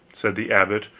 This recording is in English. said the abbot,